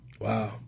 Wow